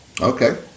Okay